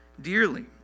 dearly